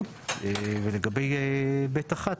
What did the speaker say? ולגבי ב' (1)